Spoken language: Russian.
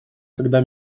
когда